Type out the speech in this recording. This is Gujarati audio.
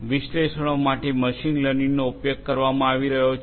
વિશ્લેષણો માટે મશીન લર્નિંગનો ઉપયોગ કરવામાં આવી રહ્યો છે